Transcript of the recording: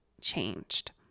changed